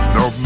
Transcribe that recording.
no